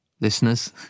listeners